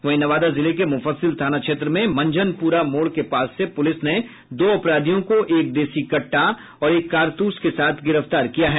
वहीं नवादा जिले के मुफस्सिल थाना क्षेत्र में मंझनपूरा मोड़ के पास से पुलिस ने दो अपराधियों को एक देशी कट्टा और एक कारतूस के साथ गिरफ्तार किया है